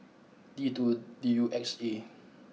T two D U X A